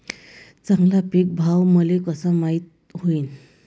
चांगला पीक भाव मले कसा माइत होईन?